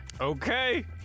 okay